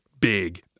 big